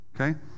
okay